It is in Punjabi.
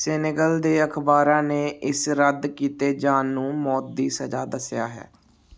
ਸੇਨੇਗਲ ਦੇ ਅਖ਼ਬਾਰਾਂ ਨੇ ਇਸ ਰੱਦ ਕੀਤੇ ਜਾਣ ਨੂੰ ਮੌਤ ਦੀ ਸਜ਼ਾ ਦੱਸਿਆ ਹੈ